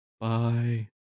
Bye